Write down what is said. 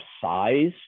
size